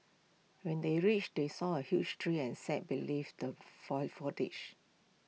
when they reached they saw A huge tree and sat believe the foil foliage